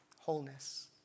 wholeness